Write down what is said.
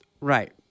Right